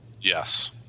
Yes